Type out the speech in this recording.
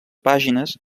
pàgines